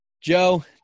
Joe